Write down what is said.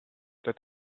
that